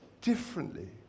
differently